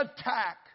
attack